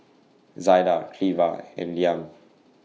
Zaida Cleva and Liam